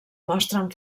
mostren